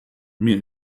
mir